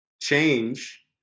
change